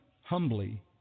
humbly